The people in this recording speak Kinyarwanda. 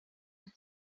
rye